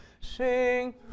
Sing